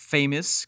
Famous